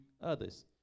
others